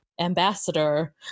ambassador